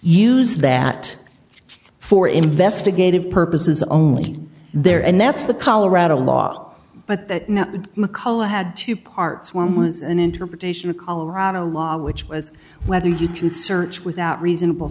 use that for investigative purposes only there and that's the colorado law but that now mccullough had two parts one was an interpretation of colorado law which was whether you can search without reasonable